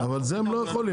אבל זה להם לא יכולים.